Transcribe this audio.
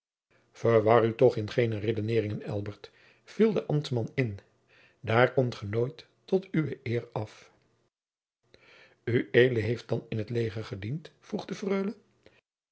verwar u toch in geene redeneeringen elbert viel de ambtman in daar komt ge nooit tot uwe eer af ued heeft dan in t leger gediend vroeg de